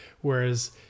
whereas